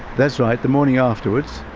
that's right, the morning afterwards.